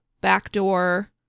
Backdoor